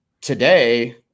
today